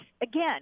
Again